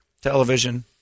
television